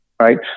Right